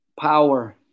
Power